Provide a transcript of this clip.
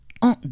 en